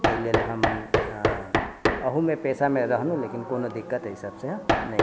तै लेल हम अऽ अहुँमे पेशामे रहनौ लेकिन कोनो दिक्कत एहि सभसँ नहि